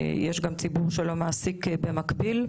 יש גם ציבור שלא מעסיק במקביל.